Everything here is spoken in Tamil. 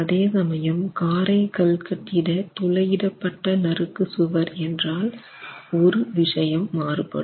அதே சமயம் காரை கல் கட்டிட துளையிடப்பட்ட நறுக்கு சுவர் என்றால் ஒரு விஷயம் மாறுபடும்